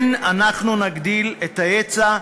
כן, אנחנו נגדיל את ההיצע,